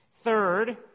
Third